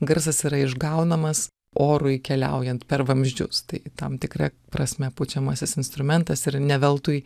garsas yra išgaunamas orui keliaujant per vamzdžius tai tam tikra prasme pučiamasis instrumentas ir ne veltui